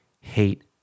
hate